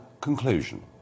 conclusion